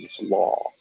law